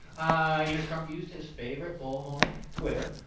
ah you know, trump used his favorite bullhorn, twitter.